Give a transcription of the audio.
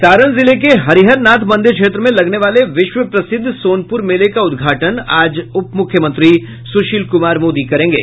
सारण जिले के हरिहर नाथ मंदिर क्षेत्र में लगने वाले विश्व प्रसिद्ध सोनपूर मेले का उद्घाटन आज उप मुख्यमंत्री सुशील कुमार मोदी करेंगे